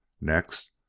Next